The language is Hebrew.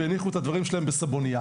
והניחו את הדברים שלהן בסבונייה.